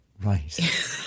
Right